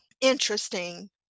interesting